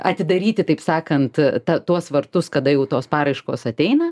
atidaryti taip sakant ta tuos vartus kada jau tos paraiškos ateina